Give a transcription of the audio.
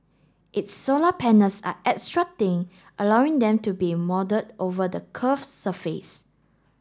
its solar panels are extra thin allowing them to be moulded over the curved surfaces